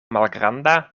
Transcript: malgranda